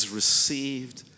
received